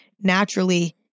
naturally